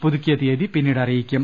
പുതുക്കിയ തീയതി പിന്നീട് അറിയി ക്കും